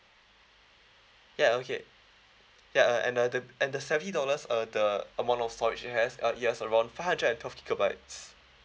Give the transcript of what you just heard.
ya okay ya uh and uh the and the seventy dollars uh the amount of storage it has uh it has around five hundred and twelve gigabytes